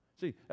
See